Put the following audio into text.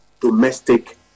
domestic